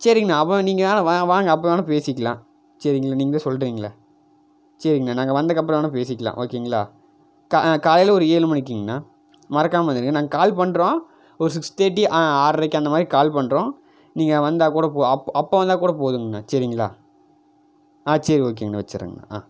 சரிங்கண்ணா அப்புறம் நீங்கள் வேணால் வா வாங்க அப்புறம் வேணால் பேசிக்கலாம் சரிங்களா நீங்களே சொல்றிங்களே சரிங்க நாங்கள் வந்ததுக்கப்புறம் வேணால் பேசிக்கலாம் ஓகேங்களா த ஆ காலையில் ஒரு ஏழு மணிக்குங்கண்ணா மறக்காமல் வந்துடுங்க நாங்கள் கால் பண்ணுறோம் ஒரு சிக்ஸ் தேர்ட்டி ஆ ஆறரைக்கு அந்த மாதிரி கால் பண்ணுறோம் நீங்கள் வந்தால்கூட போ அப்போ அப்போ வந்தால்கூட போதுங்கண்ணா சரிங்களா ஆ சரி ஓகேங்க வச்சுட்றங்கண்ணா ஆ